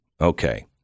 Okay